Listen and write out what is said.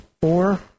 four